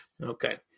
Okay